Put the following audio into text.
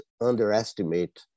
underestimate